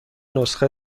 نسخه